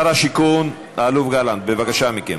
שר השיכון האלוף גלנט, בבקשה מכם.